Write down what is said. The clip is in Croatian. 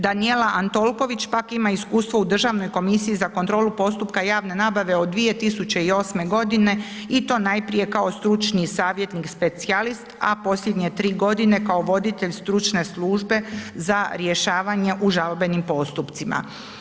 Danijela Antolković pak ima iskustvo u Državnoj komisiji za kontrolu postupka javne nabave od 2008. g. i to najprije kao stručni savjetnik-specijalist a posljednje 3 g. kao voditelj stručne službe za rješavanje u žalbenim postupcima.